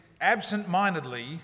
absent-mindedly